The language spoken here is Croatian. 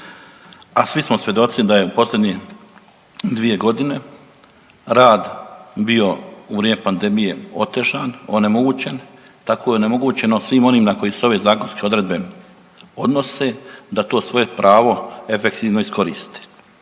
a svi smo svjedoci da je u posljednje 2.g. rad bio u vrijeme pandemije otežan, onemogućen, tako je onemogućeno svim onim na koje se ove zakonske odredbe odnose da to svoje pravo efektivno iskoriste.